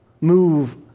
move